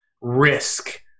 risk